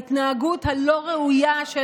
פומבי בשם המשטרה ולקח אחריות על ההתנהגות הלא-ראויה של